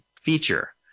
feature